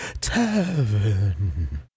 Tavern